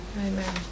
amen